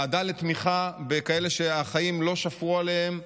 ועדה לתמיכה בכאלה שהחיים לא שפרו עליהם,